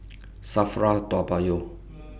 SAFRA Toa Payoh